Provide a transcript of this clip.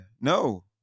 no